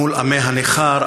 מול עמי הנכר,